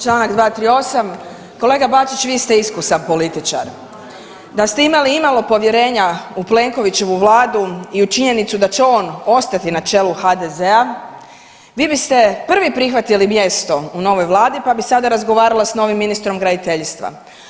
Čl. 238. kolega Bačić vi ste iskusan političar, da ste imali imalo povjerenja u Plenkovićevu vladu i u činjenicu da će on ostati na čelu HDZ-a vi biste prvi prihvatili mjesto u novoj vladi pa bi sada razgovarala sa novim ministrom graditeljstva.